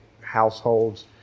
households